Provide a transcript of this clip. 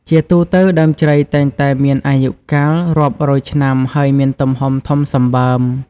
ជាទូទៅ ដើមជ្រៃតែងតែមានអាយុកាលរាប់រយឆ្នាំហើយមានទំហំធំសម្បើម។